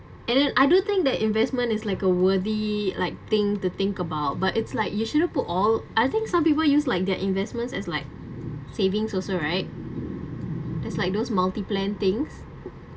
and then I do think that investment is like a worthy like thing to think about but it's like you shouldn't put all I think some people use like their investments as like savings also right it's like those multi-plan things